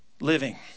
living